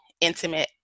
intimate